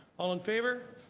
all in favor?